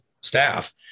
staff